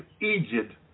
Egypt